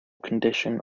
condition